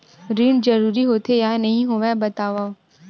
ऋण जरूरी होथे या नहीं होवाए बतावव?